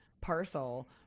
parcel